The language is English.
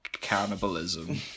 cannibalism